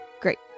great